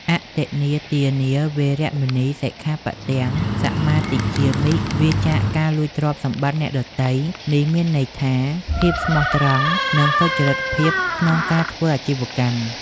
អទិន្នាទានា វេរមណី សិក្ខាបទំ សមាទិយាមិ វៀរចាកការលួចទ្រព្យសម្បត្តិអ្នកដទៃ នេះមានន័យថា ភាពស្មោះត្រង់ និងសុចរិតភាពក្នុងការធ្វើអាជីវកម្ម។